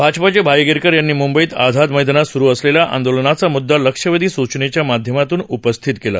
भाजपाचे भाई गिरकर यांनी मुंबईत आझाद मैदानात सुरू असलेल्या आंदोलनाचा मुददा लक्षवेधी सूचनेच्या माध्यमातून उपस्थित केला